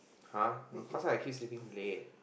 !huh! no cause I keep sleeping late